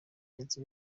ndetse